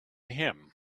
him